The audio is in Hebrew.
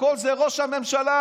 הכול זה ראש הממשלה.